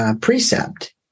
precept